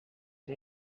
der